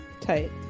Tight